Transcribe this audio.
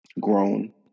grown